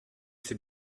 c’est